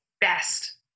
best